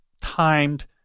timed